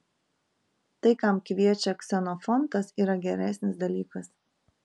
tai kam kviečia ksenofontas yra geresnis dalykas